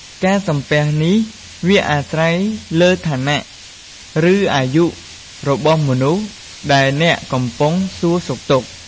ការសំពះនេះ វាអាស្រ័យលើឋានៈ ឬអាយុរបស់មនុស្សដែលអ្នកកំពុងសួរសុខទុក្ខ។